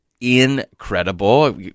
incredible